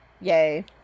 Yay